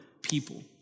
people